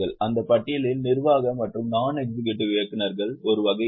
அந்த பட்டியலில் நிர்வாக மற்றும் நாண் எக்ஸிக்யூடிவ் இயக்குநர்கள் ஒரு வகை இருக்கும்